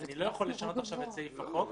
אני לא יכול לשנות עכשיו את סעיף החוק.